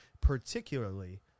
Particularly